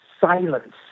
silence